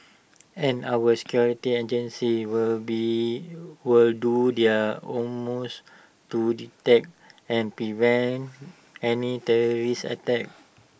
and our security agencies will be would do their almost to detect and prevent any terrorist attacks